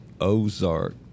ozark